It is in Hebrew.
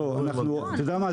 אתה יודע מה?